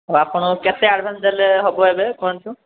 ମୁଁ ଆପଣଙ୍କୁ କେତେ ଆଡ଼ଭାନ୍ସ ଦେଲେ ହେବ ଏବେ କୁହନ୍ତୁ